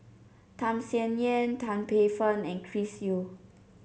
Tham Sien Yen Tan Paey Fern and Chris Yeo